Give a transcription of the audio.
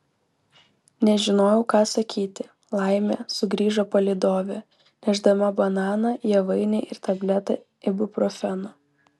nežinojau ką sakyti laimė sugrįžo palydovė nešdama bananą javainį ir tabletę ibuprofeno